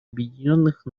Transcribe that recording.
объединенных